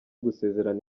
gusezerana